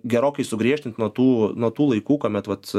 gerokai sugriežtint nuo tų nuo tų laikų kuomet vat